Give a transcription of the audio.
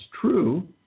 true